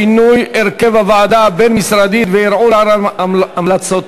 שינוי הרכב הוועדה הבין-משרדית וערעור על המלצותיה),